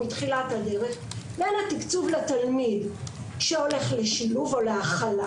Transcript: מתחילת הדרך בין התקצוב לתלמיד שהולך לשילוב או להכלה